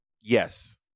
Yes